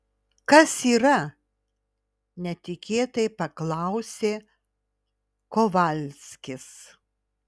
kas yra netikėtai paklausė kovalskis